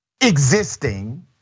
existing